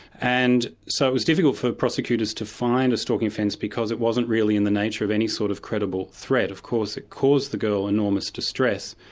and so it was difficult for the prosecutors to find a stalking offence because it wasn't really in the nature of any sort of credible threat. of course it caused the girl enormous distress.